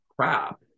crap